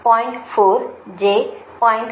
4 j 0